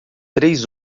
três